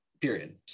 period